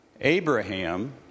Abraham